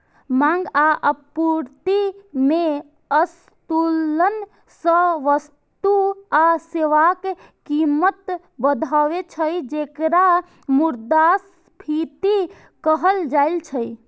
मांग आ आपूर्ति मे असंतुलन सं वस्तु आ सेवाक कीमत बढ़ै छै, जेकरा मुद्रास्फीति कहल जाइ छै